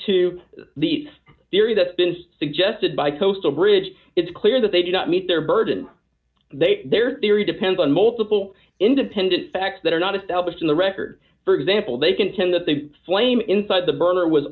to the theory that's been suggested by coastal bridge it's clear that they did not meet their burden they their theory depends on multiple independent facts that are not established in the record for example they contend that the flame inside the burner was